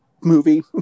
movie